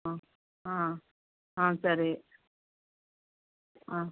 ஆ ஆ ஆ சரி ஆ